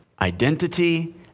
Identity